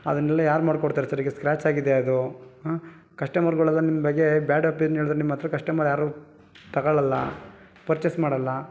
ಅದನ್ನೆಲ್ಲ ಯಾರು ಮಾಡ್ಕೊಡ್ತಾರೆ ಸರ್ ಈಗ ಸ್ಕ್ರ್ಯಾಚ್ ಆಗಿದೆ ಅದು ಹಾಂ ಕಸ್ಟಮರುಗಳೆಲ್ಲ ನಿಮ್ಮ ಬಗ್ಗೆ ಬ್ಯಾಡ್ ಓಪಿನ್ ಹೇಳಿದರೆ ನಿಮ್ಮ ಹತ್ತಿರ ಕಸ್ಟಮರ್ ಯಾರು ತಗೊಳಲ್ಲ ಪರ್ಚೇಸ್ ಮಾಡಲ್ಲ